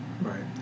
Right